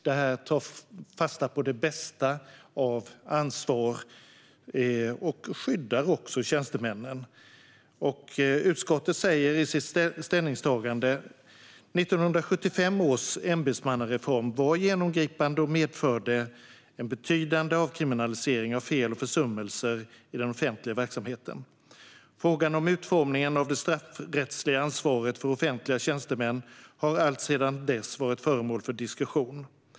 Det tar fasta på det bästa av ansvar och skyddar också tjänstemännen. Utskottet skriver i sitt ställningstagande: "1975 års ämbetsansvarsreform var genomgripande och medförde en betydande avkriminalisering av fel och försummelser i den offentliga verksamheten. Frågan om utformningen av det straffrättsliga ansvaret för offentliga tjänstemän har alltsedan dess varit föremål för diskussion.